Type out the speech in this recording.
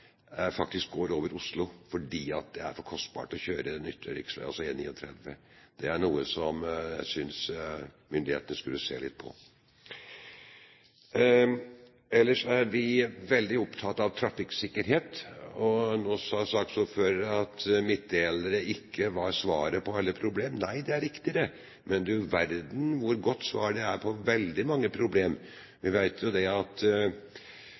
faktisk går via Oslo fordi det er for kostbart å kjøre den ytre riksveg, altså E39. Det er noe som jeg synes myndighetene skulle se litt på. Ellers er vi veldig opptatt av trafikksikkerhet, og nå sa saksordføreren at midtdelere ikke var svaret på alle problemer. Nei, det er riktig det, men du verden hvor godt svar det er på veldig mange problemer! Vi vet jo det at